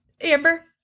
Amber